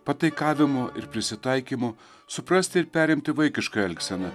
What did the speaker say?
pataikavimų ir prisitaikymų suprasti ir perimti vaikišką elgseną